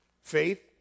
Faith